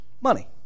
money